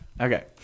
okay